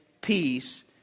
peace